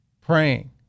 praying